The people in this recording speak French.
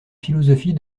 philosophie